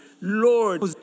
Lord